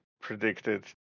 predicted